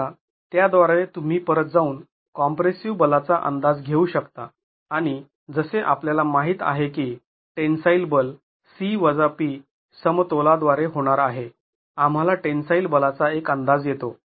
आता त्याद्वारे तुम्ही परत जाऊन कॉम्प्रेसिव बलाचा अंदाज घेऊ शकता आणि जसे आपल्याला माहित आहे की टेन्साईल बल C P समतोलाद्वारे होणार आहे आम्हाला टेन्साईल बलाचा एक अंदाज येतो